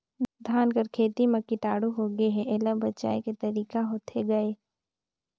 धान कर खेती म कीटाणु होगे हे एला बचाय के तरीका होथे गए?